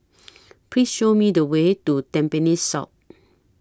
Please Show Me The Way to Tampines South